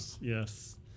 Yes